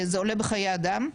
זה עולה בחיי אדם,